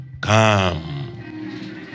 Come